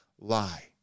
lie